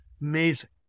Amazing